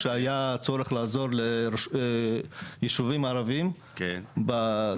כשהיה צורך לעזור לישובים ערבים בתקופת